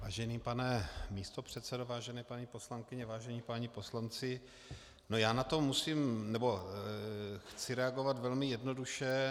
Vážený pane místopředsedo, vážené paní poslankyně, vážení páni poslanci, já na to chci reagovat velmi jednoduše.